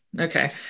okay